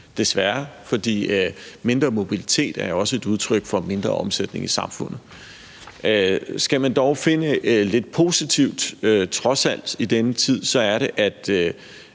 desværre, for mindre mobilitet er også et udtryk for mindre omsætning i samfundet. Skal man dog finde lidt positivt i denne tid – trods alt